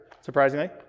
surprisingly